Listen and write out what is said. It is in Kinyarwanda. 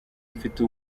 mfite